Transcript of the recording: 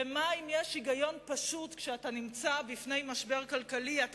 ומה אם יש היגיון פשוט שכשאתה נמצא בפני משבר כלכלי אתה